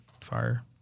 fire